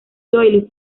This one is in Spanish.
doyle